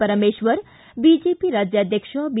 Parameshwara BJP ರಾಜ್ಯಾಧ್ವಕ್ಷ B